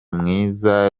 mwiza